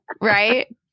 Right